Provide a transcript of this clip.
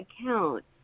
account